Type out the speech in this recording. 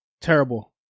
terrible